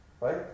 Right